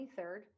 23rd